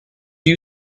you